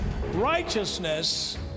Righteousness